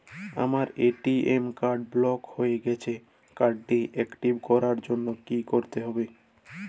আমার ATM card block হয়ে গেছে কার্ড টি একটিভ করার জন্যে কি করতে হবে?